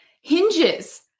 hinges